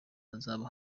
hazaba